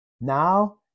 Now